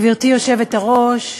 גברתי היושבת-ראש,